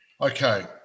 Okay